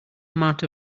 amount